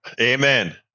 Amen